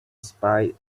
spite